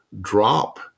drop